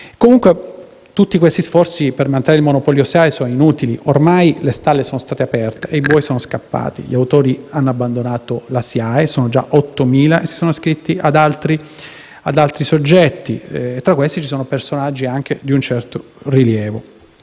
un fatto. Tutti gli sforzi per mantenere il monopolio SIAE sono inutili: ormai le stalle sono state aperte e i buoi sono scappati. Gli autori hanno abbandonato la SIAE e sono già 8.000 coloro che si sono iscritti presso altri soggetti, tra cui personaggi di un certo rilievo.